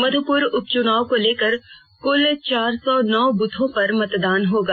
मध्यपुर उप चुनाव को लेकर क्ल चार सौ नौ बूथों पर मतदान होगा